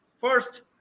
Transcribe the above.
first